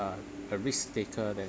uh I'm a risk taker than